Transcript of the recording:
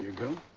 go.